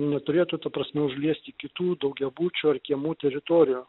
neturėtų ta prasme užliesti kitų daugiabučio ar kiemų teritorijų